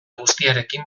guztiarekin